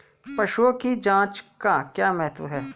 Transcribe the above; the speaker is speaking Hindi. पशुओं की जांच का क्या महत्व है?